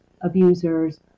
abusers